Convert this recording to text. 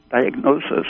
diagnosis